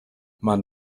man